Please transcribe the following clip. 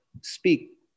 speak